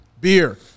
Beer